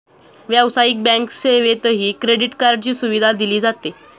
व्यावसायिक बँक सेवेतही क्रेडिट कार्डची सुविधा दिली जाते